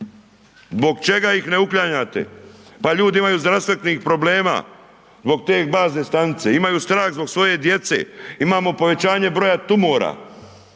Zbog čega ih ne uklanjate? Pa ljudi imaju zdravstvenih problema zbog te bazne stanice. Imaju strah zbog svoje djece. Imamo povećanje broja tumora.